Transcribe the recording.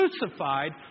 crucified